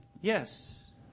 yes